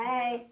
Hey